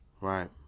Right